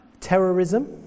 Terrorism